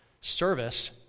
Service